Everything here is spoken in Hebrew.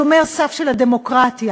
שומר סף של הדמוקרטיה.